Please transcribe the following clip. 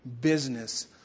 business